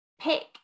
pick